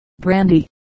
brandy